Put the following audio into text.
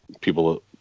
people